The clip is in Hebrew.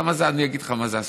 אני אגיד לך מה זה אסקופה.